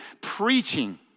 preaching